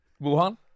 Wuhan